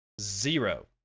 Zero